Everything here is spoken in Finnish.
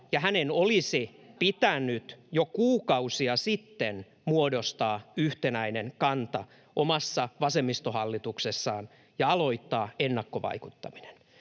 ja hänen olisi pitänyt jo kuukausia sitten muodostaa yhtenäinen kanta omassa vasemmistohallituksessaan ja aloittaa ennakkovaikuttaminen.